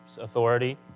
authority